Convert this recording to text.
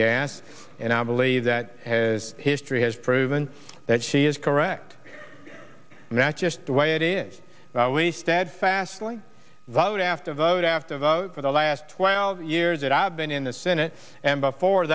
gas and i believe that as history has proven that she is correct and that just the way it is we steadfastly vote after vote after vote for the last twelve years that i've been in the senate and before